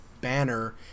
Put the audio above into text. banner